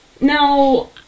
now